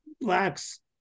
blacks